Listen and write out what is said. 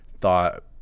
thought